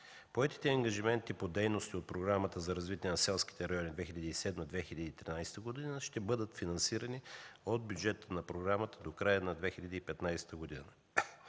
Поетите ангажименти по дейности от Програмата за развитие на селските райони 2007-2013 г. ще бъдат финансирани от бюджета на програмата до края на 2015 г., а